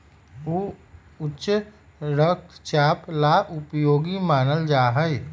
ऊ उच्च रक्तचाप ला उपयोगी मानल जाहई